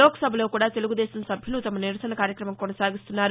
లోక్సభలో కూడా తెలుగుదేశం సభ్యులు తమ నిరసన కార్యక్రమం కొనసాగిస్తున్నారు